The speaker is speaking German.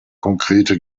korrekte